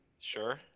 Sure